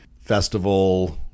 festival